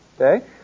Okay